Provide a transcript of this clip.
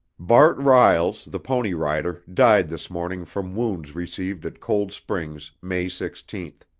bart riles, the pony rider, died this morning from wounds received at cold springs, may sixteen.